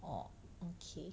orh okay